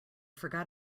forgot